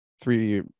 three